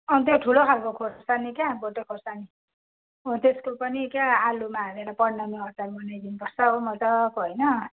अनि त्यो ठुलो खालको खोर्सानी क्या भोटे खोर्सानी हो त्यसको पनि क्या आलुमा हालेर बनाउने अचार बनाइदिनुपर्छ हो मजाको होइन